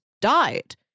died